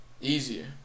Easier